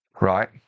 Right